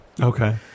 Okay